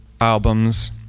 albums